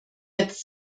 jetzt